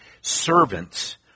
servants